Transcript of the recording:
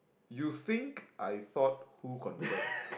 you think I thought who confirm